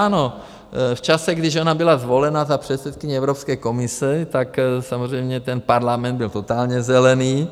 Ano, v čase, když ona byla zvolena za předsedkyni Evropské komise, tak samozřejmě ten parlament byl totálně zelený.